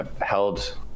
held